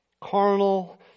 Carnal